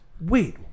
Wait